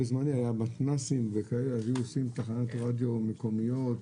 בזמנו מתנ"סים היו עושים תחנות רדיו מקומיות,